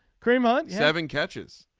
kareem on seven catches.